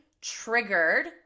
triggered